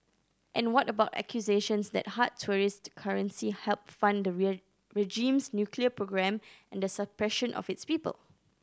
and what about accusations that hard tourist currency help fund the regime's nuclear program and the suppression of its people